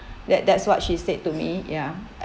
that that's what she said to me ya